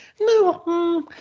No